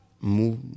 Move